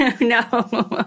No